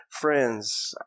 friends